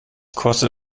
kostet